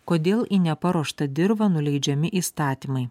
kodėl į neparuoštą dirvą nuleidžiami įstatymai